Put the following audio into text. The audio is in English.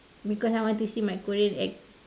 because I want to see my Korean act